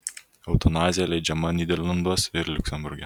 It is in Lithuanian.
eutanazija leidžiama nyderlanduos ir liuksemburge